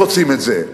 רוצים את זה.